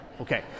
Okay